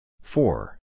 Four